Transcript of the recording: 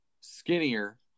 skinnier